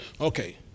Okay